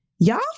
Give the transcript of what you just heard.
Y'all